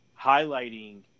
highlighting